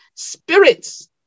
Spirits